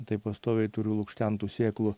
tai pastoviai turiu lukštentų sėklų